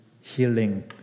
healing